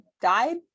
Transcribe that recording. died